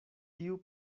tiu